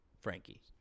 Frankie